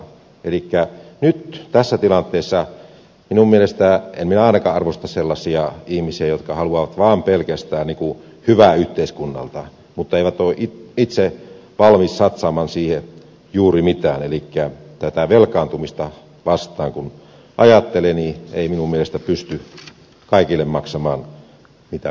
elikkä nyt tässä tilanteessa minun mielestäni en minä ainakaan arvosta sellaisia ihmisiä jotka haluavat vaan pelkästään niin kuin hyvää yhteiskunnalta mutta eivät ole itse valmiita satsaamaan siihen juuri mitään elikkä tätä velkaantumista vastaan kun ajattelee niin ei minun mielestä pysty kaikille maksamaan mitä kaikki haluavat